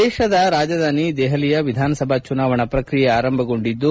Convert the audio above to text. ದೇಶದ ರಾಜಧಾನಿ ದೆಹಲಿಯ ವಿಧಾನಸಭಾ ಚುನಾವಣಾ ಪ್ರಕ್ರಿಯೆ ಆರಂಭಗೊಂಡಿದ್ದು